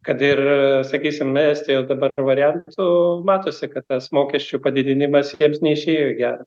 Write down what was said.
kad ir sakysim estijos dabar variantu matosi kad tas mokesčių padidinimas jiems neišėjo į gerą